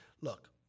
look